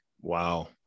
wow